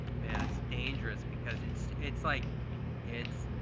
man, it's dangerous because it's it's like it's